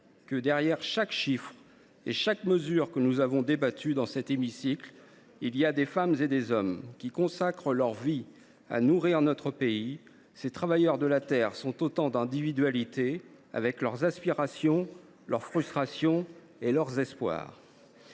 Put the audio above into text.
que, derrière chaque chiffre et chaque mesure dont nous avons débattu dans cet hémicycle, il y a des femmes et des hommes qui consacrent leur vie à nourrir notre pays. Ces travailleurs de la terre sont autant d’individualités avec leurs aspirations, leurs frustrations et leurs espoirs.